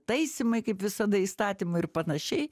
taisymai kaip visada įstatymų ir panašiai